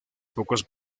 pocos